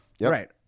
Right